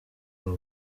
aba